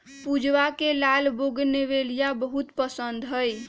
पूजवा के लाल बोगनवेलिया बहुत पसंद हई